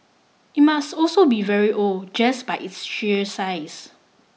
it must also be very old just by its sheer size